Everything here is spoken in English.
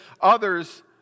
others